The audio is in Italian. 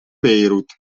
beirut